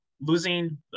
losing